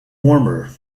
warmer